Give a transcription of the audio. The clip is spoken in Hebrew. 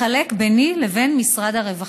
והוא מתחלק ביני לבין משרד הרווחה.